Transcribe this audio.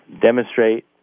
demonstrate